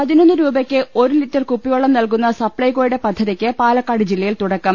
പതിനൊന്നു രൂപക്ക് ഒരു ലിറ്റർ കുപ്പിവെള്ളം നൽകുന്ന സപ്ലൈക്കോയുടെ പദ്ധതിക്ക് പാലക്കാട് ജില്ലയിൽ തുടക്കം